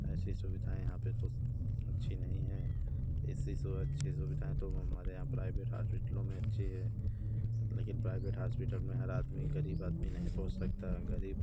ऐसी सुविधाऍं यहाँ पर तो अच्छी नहीं हैं इसी से और अच्छी सुविधाऍं तो हमारे यहाँ प्राइवेट हास्पिटलों में अच्छी है लेकिन प्राइवेट हास्पिटल में हर आदमी ग़रीब आदमी नहीं पहुंच सकता ग़रीब